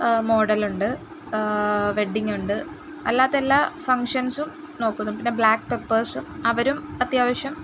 model ഉണ്ട് wedding ഉണ്ട് അല്ലാത്ത എല്ലാ ഫംഗ്ഷൻസും നോക്കുന്നു പിന്നെ ബ്ലാക്ക് പെപ്പേഴ്സ് അവരും അത്യാവശ്യം